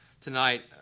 tonight